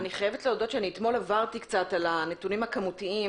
אני חייבת להודות שאתמול עברתי על הנתונים הכמותיים,